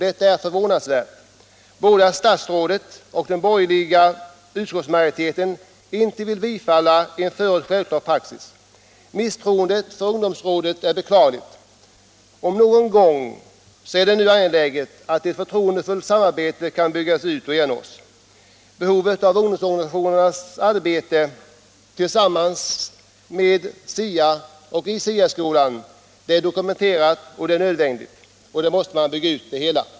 Det är förvånansvärt att varken statsrådet eller den borgerliga utskottsmajoriteten vill ansluta sig till en förut självklar praxis. Misstroendet mot ungdomsrådet är beklagligt. Om någonsin är det nu angeläget att ett förtroendefullt samarbete kan skapas. Behovet av ungdomsorganisationernas arbete tillsammans med och i SIA-skolan är dokumenterat, och samarbetet måste byggas ut.